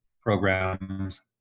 programs